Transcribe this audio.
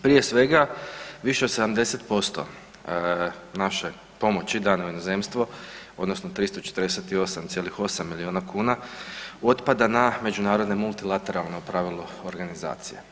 Prije svega više od 70% naše pomoći dane u inozemstvo, odnosno 348,8 milijuna kuna otpada na međunarodne multilateralne u pravilu organizacije.